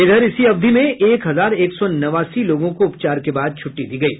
इधर इसी अवधि में एक हजार एक सौ नवासी लोगों को उपचार के बाद छुट्टी दी गयी